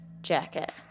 jacket